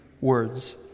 words